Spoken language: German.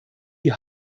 die